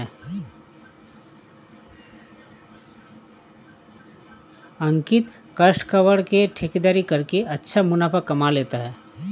अंकित काष्ठ कबाड़ की ठेकेदारी करके अच्छा मुनाफा कमा लेता है